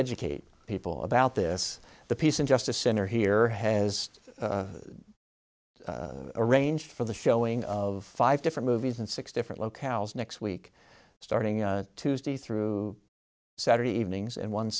educate people about this the peace and justice center here has arranged for the showing of five different movies and six different locales next week starting tuesday through saturday evenings and one